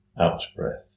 out-breath